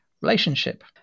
relationship